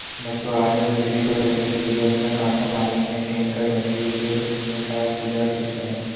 मछुआरे मछली पकड़ने के लिए अपना कांटा पानी में फेंककर मछली के फंसने का इंतजार करते है